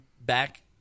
back